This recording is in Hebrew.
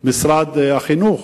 של משרד החינוך,